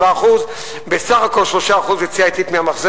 7%. בסך הכול 3% זה יציאה אטית מהמשבר,